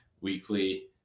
weekly